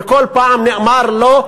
וכל פעם נאמר לא.